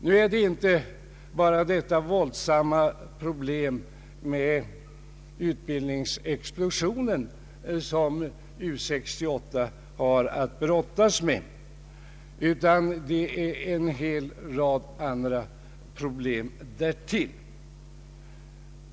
Det är inte bara detta våldsamma problem med utbildningsexplosionen som U 68 har att brottas med, utan det är en hel rad andra problem därtill.